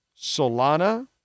Solana